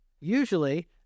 Usually